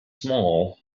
small